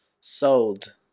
sold